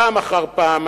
פעם אחר פעם,